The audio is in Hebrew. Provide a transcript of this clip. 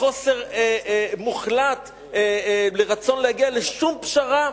חוסר רצון מוחלט להגיע לשום פשרה,